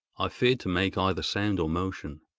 i feared to make either sound or motion.